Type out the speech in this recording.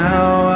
Now